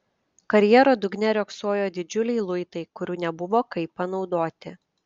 karjero dugne riogsojo didžiuliai luitai kurių nebuvo kaip panaudoti